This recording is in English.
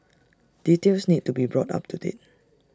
details need to be brought up to date